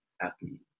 happy